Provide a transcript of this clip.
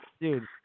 Dude